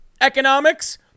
economics